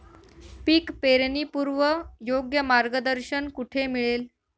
पीक पेरणीपूर्व योग्य मार्गदर्शन कुठे मिळेल?